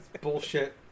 bullshit